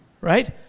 Right